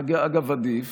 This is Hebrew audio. אגב, עדיף,